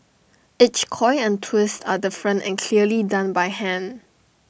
each coil and twist are different and clearly done by hand